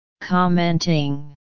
Commenting